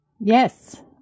Yes